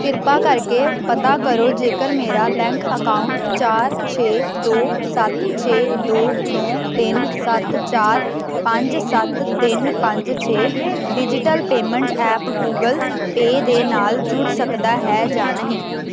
ਕਿਰਪਾ ਕਰਕੇ ਪਤਾ ਕਰੋ ਜੇਕਰ ਮੇਰਾ ਬੈਂਕ ਅਕਾਊਂਟ ਚਾਰ ਛੇ ਦੋ ਸੱਤ ਛੇ ਦੋ ਨੌ ਤਿੰਨ ਸੱਤ ਚਾਰ ਪੰਜ ਸੱਤ ਤਿੰਨ ਪੰਜ ਛੇ digital payment app Google Pay ਦੇ ਨਾਲ ਜੁੜ ਸਕਦਾ ਹੈ ਜਾਂ ਨਹੀਂ